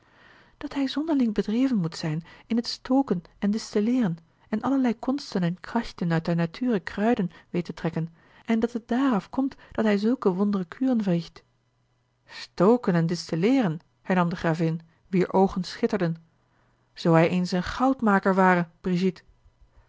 dat hij zonderling bedreven moet zijn in t stoken en distilleeren en allerlei konsten en krachten uit der nature kruiden weet te trekken en dat het daaraf komt dat hij zulke wondre kuren verricht stoken en distilleeren hernam de gravin wier oogen schitterden zoo hij eens een goudmaker ware brigitte